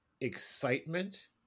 excitement